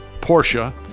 Porsche